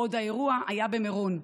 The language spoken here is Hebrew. בעוד האירוע היה במירון.